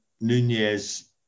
Nunez